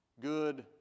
good